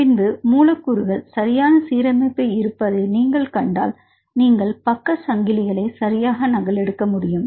பின்பு மூலக்கூறுகள் சரியான சீரமைப்பு இருப்பதை நீங்கள் கண்டால் நீங்கள் பக்கச் சங்கிலிகளை சரியாக நகலெடுக்க முடியும்